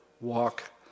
walk